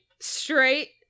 Straight